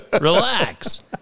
Relax